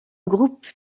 groupes